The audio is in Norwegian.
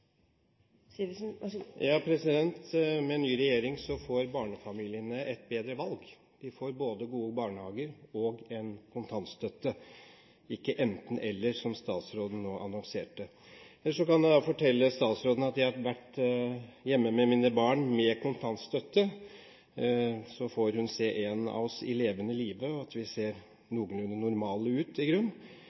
Med ny regjering får barnefamiliene et bedre valg. De får både gode barnehager og en kontantstøtte, ikke enten–eller, som statsråden nå annonserte. Ellers kan jeg fortelle statsråden at jeg har vært hjemme med mine barn med kontantstøtte, så nå får hun se en av oss i levende live, og at vi ser noenlunde normale ut i grunnen, vi som har brukt kontantstøtte. Katta kommer ut av sekken når statsrådens partifelle i